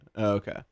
Okay